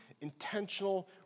intentional